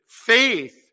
faith